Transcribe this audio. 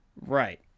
Right